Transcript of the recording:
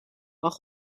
while